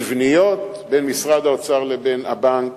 מבניות, בין משרד האוצר לבין הבנק,